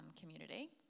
community